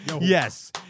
Yes